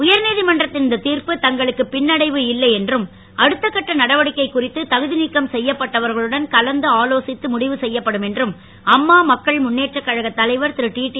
உயர் நீதிமன்றத்தின் இந்தத் திர்ப்பு தங்களுக்கு பின்னடைவு இல்லை என்றும் அடுத்த கட்ட நடவடிக்கை குறித்து தகுதி நீக்கம் செய்யப்பட்டவர்களுடன் கலந்து ஆலோசித்து முடிவு செய்யப்படும் என்றும் அம்மா மக்கள் முன்னேற்றக் கழகத் தலைவர் திருடிடி